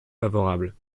favorable